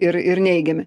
ir ir neigiami